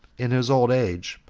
in his old age,